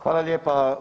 Hvala lijepa.